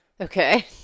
Okay